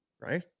right